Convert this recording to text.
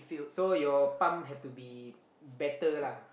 so your pump have to be better lah